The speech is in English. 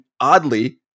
oddly